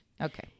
Okay